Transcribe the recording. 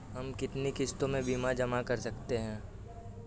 हम कितनी किश्तों में बीमा जमा कर सकते हैं?